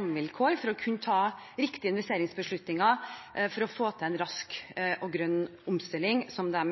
for å kunne ta riktige investeringsbeslutninger for å få til en rask og grønn omstilling, som de